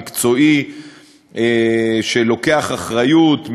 מקצועי שלוקח אחריות,